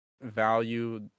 value